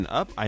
up